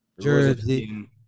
jersey